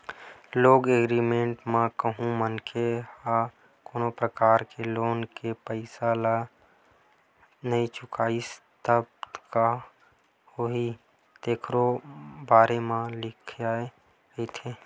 loan agreement म कहूँ मनखे ह कोनो परकार ले लोन के पइसा ल नइ चुकाइस तब का होही तेखरो बारे म लिखाए रहिथे